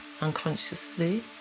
unconsciously